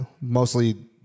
Mostly